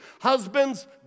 Husbands